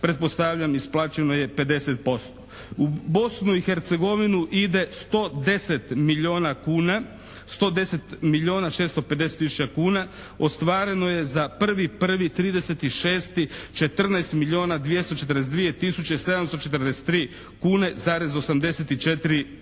pretpostavljam isplaćeno je 50%. U Bosnu i Hercegovinu ide 110 milijuna kuna, 110 milijuna 650 tisuća kuna, ostvareno je za 1.1. 30.6. 14 milijuna 242 tisuće 743 kune,